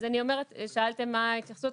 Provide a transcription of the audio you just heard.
שאלתם מה ההתייחסות,